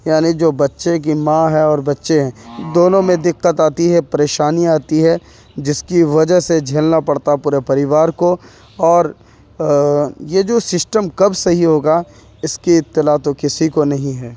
یعنی جو بچّے کی ماں ہے اور بچّے ہیں دونوں میں دِقّت آتی ہے پریشانی آتی ہے جس کی وجہ سے جھیلنا پڑتا ہے پورے پریوار کو اور یہ جو سسٹم کب صحیح ہوگا اس کی اطلاع تو کسی کو نہیں ہے